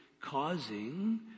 causing